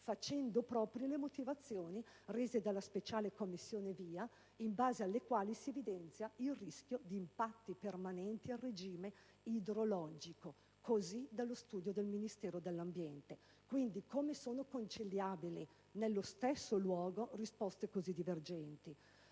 facendo proprie le motivazioni rese dalla speciale commissione VIA in base alle quali si evidenzia il rischio di impatti permanenti al regime idrologico (così dallo studio del Ministero dell'ambiente). Come sono conciliabili nello stesso luogo risposte così divergenti?